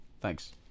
Thanks